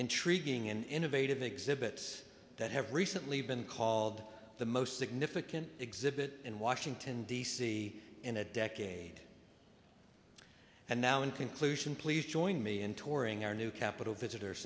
intriguing and innovative exhibits that have recently been called the most significant exhibit in washington d c in a decade and now in conclusion please join me in touring our new capitol visitor